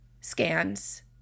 scans